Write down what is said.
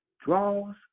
draws